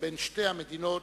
בין שתי המדינות,